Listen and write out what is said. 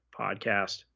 podcast